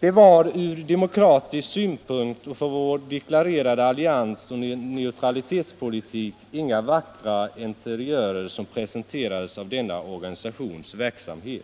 Det var ur demokratisk synvinkel och med tanke på vår deklarerade alliansoch neutralitetspolitik inga vackra interiörer som presenterades från denna organisations verksamhet